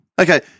Okay